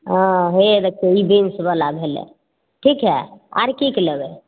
हँ हे देखियौ ई बिन्स बाला भेलै ठीक हइ आर की की लेबै